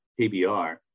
KBR